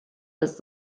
was